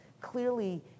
clearly